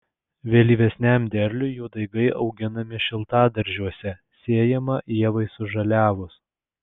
vėlyvesniam derliui jų daigai auginami šiltadaržiuose sėjama ievai sužaliavus